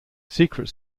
secret